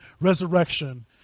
resurrection